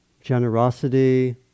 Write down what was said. generosity